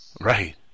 right